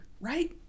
right